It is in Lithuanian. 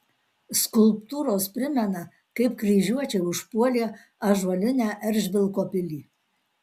skulptūros primena kaip kryžiuočiai užpuolė ąžuolinę eržvilko pilį